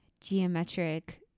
geometric